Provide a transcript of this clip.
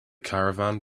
caravan